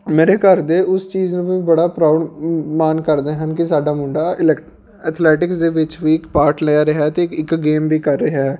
ਮੇਰੇ ਘਰ ਦੇ ਉਸ ਚੀਜ਼ ਨੂੰ ਵੀ ਬੜਾ ਪਰਾਊਡ ਮਾਣ ਕਰਦੇ ਹਨ ਕਿ ਸਾਡਾ ਮੁੰਡਾ ਇਲੈਕਟ ਅਥਲੈਟਿਕਸ ਦੇ ਵਿੱਚ ਵੀ ਇੱਕ ਪਾਰਟ ਲੈ ਰਿਹਾ ਹੈ ਅਤੇ ਇੱਕ ਗੇਮ ਵੀ ਕਰ ਰਿਹਾ ਹੈ